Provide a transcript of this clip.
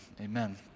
amen